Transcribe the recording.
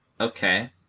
Okay